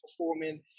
performing